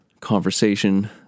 conversation